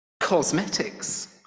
cosmetics